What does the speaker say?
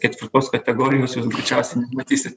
ketvirtos kategorijos jūs greičiausiai nematysit